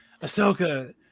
Ahsoka